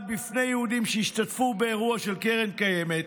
בפני יהודים שהשתתפו באירוע של קרן קיימת,